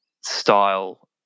style